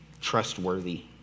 trustworthy